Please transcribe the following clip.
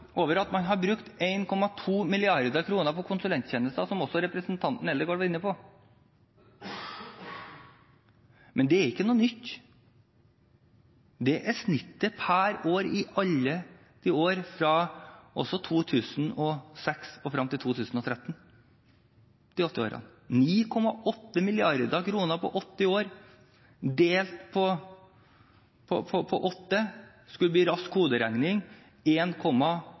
over at man har brukt 1,2 mrd. kr på konsulenttjenester, som også representanten Eldegard var inne på. Men det er ikke noe nytt, det er snittet per år i også alle år fra 2006 og frem til 2013 – de åtte årene. 9,8 mrd. kr på åtte år delt på åtte skulle med rask hoderegning